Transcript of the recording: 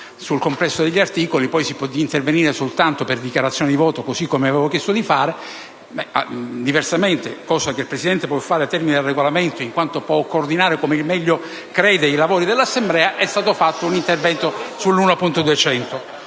sul complesso degli articoli e poi si può intervenire soltanto per dichiarazione di voto, così come ho chiesto di fare. Diversamente, cosa che il Presidente può fare in termini di Regolamento in quanto può coordinare come meglio crede i lavori dell'Assemblea, è stato fatto un intervento sull'emendamento